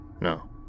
No